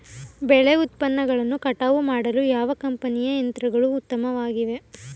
ಬೆಳೆ ಉತ್ಪನ್ನಗಳನ್ನು ಕಟಾವು ಮಾಡಲು ಯಾವ ಕಂಪನಿಯ ಯಂತ್ರಗಳು ಉತ್ತಮವಾಗಿವೆ?